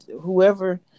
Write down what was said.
whoever